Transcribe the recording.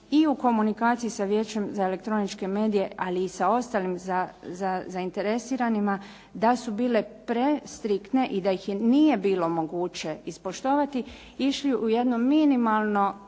i u komunikaciji sa Vijećem za elektroničke medije, ali i sa ostalim zainteresiranima da su bile prestriktne i da ih nije bilo moguće ispoštovati išli u jedno minimalno